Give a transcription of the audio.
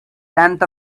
length